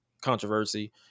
controversy